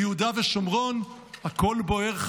ביהודה ושומרון הכול בוער,